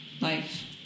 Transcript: life